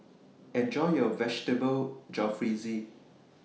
Enjoy your Vegetable Jalfrezi